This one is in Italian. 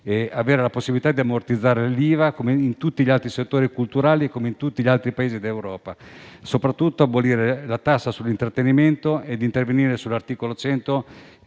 del FUS e di ammortizzare l'IVA come tutti gli altri settori culturali e come avviene in tutti gli altri Paesi d'Europa. Bisogna soprattutto abolire la tassa sull'intrattenimento e intervenire sull'articolo 100,